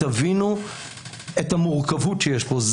תבינו את המורכבות שיש פה.